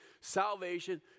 salvation